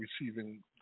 receiving